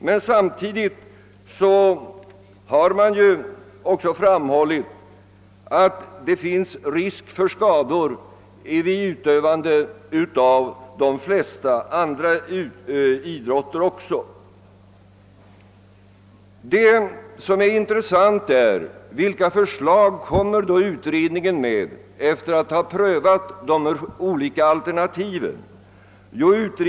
Men samtidigt har det ofta framhållits att det finns risk för skador vid utövandet av de flesta andra idrotter. Vad som är intressant är vilka förslag utredningen framlägger efter att ha prövat de olika alternativen.